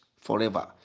forever